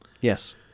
Yes